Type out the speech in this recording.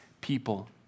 people